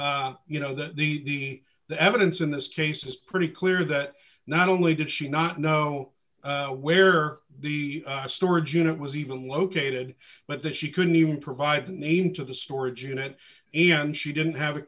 did you know that the the evidence in this case is pretty clear that not only did she not know where the storage unit was even located but that she couldn't even provide the name to the storage unit and she didn't have a